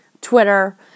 Twitter